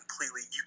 completely